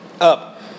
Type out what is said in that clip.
Up